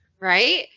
Right